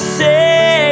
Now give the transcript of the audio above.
say